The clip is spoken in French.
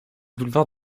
boulevard